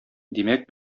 димәк